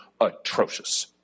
atrocious